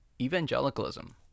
evangelicalism